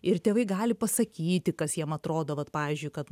ir tėvai gali pasakyti kas jiem atrodo vat pavyzdžiui kad